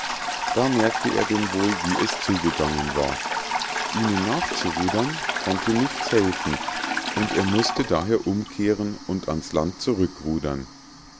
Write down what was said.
da merkte er denn wohl wie es zugegangen war ihnen nachzurudern konnte nichts helfen und er mußte daher umkehren und ans land zurückrudern